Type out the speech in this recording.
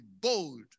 bold